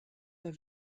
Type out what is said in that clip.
der